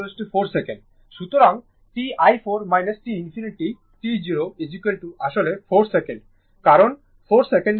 সুতরাং t i 4 i ∞ t 0 আসলে 4 second কারণ 4 সেকেন্ডের পরে S 2 বন্ধ ছিল